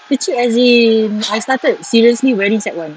kecil as in I started seriously wearing sec one